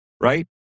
Right